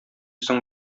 соң